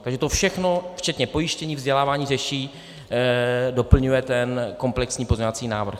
Takže to všechno, včetně pojištění, vzdělávání, řeší a doplňuje ten komplexní pozměňovací návrh.